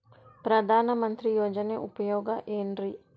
ಪ್ರಧಾನಮಂತ್ರಿ ಯೋಜನೆ ಉಪಯೋಗ ಏನ್ರೀ?